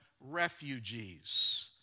refugees